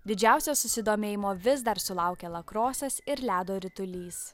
didžiausio susidomėjimo vis dar sulaukia lakrosas ir ledo ritulys